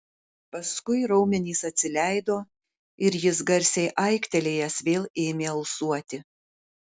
paskui raumenys atsileido ir jis garsiai aiktelėjęs vėl ėmė alsuoti